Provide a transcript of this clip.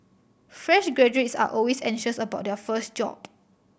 fresh graduates are always anxious about their first job